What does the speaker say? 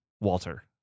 Walter